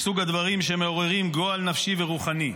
מסוג הדברים שמעוררים גועל נפשי ורוחני.